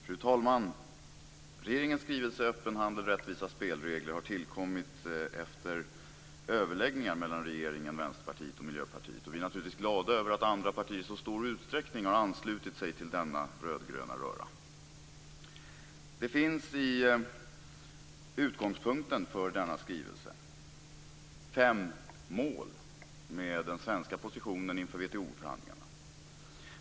Fru talman! Regeringens skrivelse Öppen handel - rättvisa spelregler har tillkommit efter överläggningar mellan regeringen, Vänsterpartiet och Miljöpartiet. Vi är naturligtvis glada över att andra partier i så stor utsträckning har anslutit sig till denna rödgröna röra. Det finns i utgångspunkten för denna skrivelse fem mål med den svenska positionen inför WTO förhandlingarna.